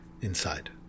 inside